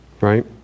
right